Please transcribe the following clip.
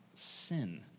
sin